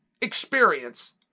experience